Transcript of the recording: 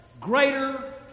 greater